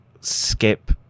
skip